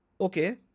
okay